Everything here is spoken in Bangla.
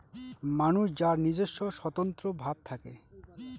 মানুষ যার নিজস্ব স্বতন্ত্র ভাব থাকে